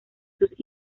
sus